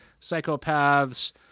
Psychopaths